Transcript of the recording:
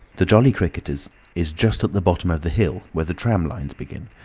the jolly cricketers is just at the bottom of the hill, where the tram-lines begin.